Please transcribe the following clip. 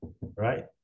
right